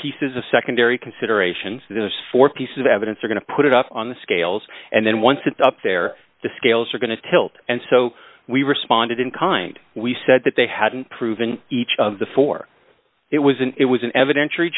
pieces of secondary considerations those four pieces of evidence are going to put it up on the scales and then once it's up there the scales are going to tilt and so we responded in kind we said that they hadn't proven each of the four it was an it was an evident